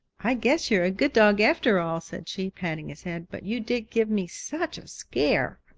i guess you are a good dog after all, said she, patting his head. but you did give me such a scare!